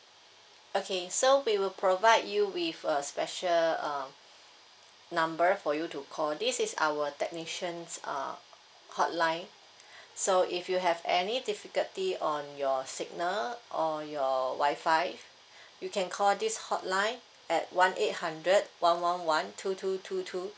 okay so we will provide you with a special uh number for you to call this is our technician's uh hotline so if you have any difficulty on your signal or your wi-fi you can call this hotline at one eight hundred one one one two two two two